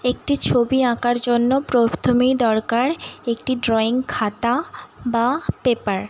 একটি ছবি আঁকার জন্য প্রথমেই দরকার একটি ড্রয়িং খাতা বা পেপার